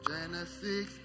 Genesis